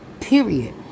Period